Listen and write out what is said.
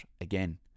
again